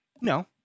No